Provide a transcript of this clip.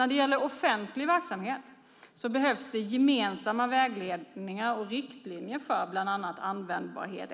När det gäller offentlig verksamhet behövs det gemensamma vägledningar och riktlinjer för bland annat användbarhet.